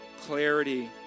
clarity